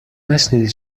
نشنیدی